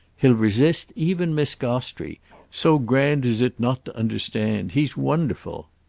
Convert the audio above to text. he'll resist even miss gostrey so grand is it not to understand. he's wonderful.